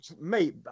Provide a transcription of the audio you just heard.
mate